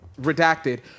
redacted